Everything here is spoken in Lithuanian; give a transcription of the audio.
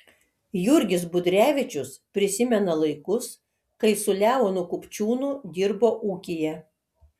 jurgis budrevičius prisimena laikus kai su leonu kupčiūnu dirbo ūkyje